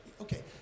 Okay